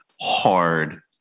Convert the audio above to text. hard